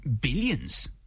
billions